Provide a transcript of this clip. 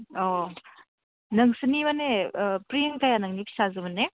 अ नोंसोरनि माने प्रियंकाया नोंनि फिसाजोमोन ने